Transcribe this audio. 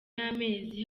y’amezi